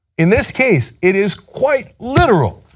in this case it is quite literal.